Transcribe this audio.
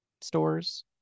stores